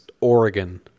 Oregon